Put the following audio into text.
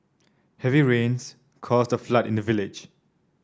heavy rains caused a flood in the village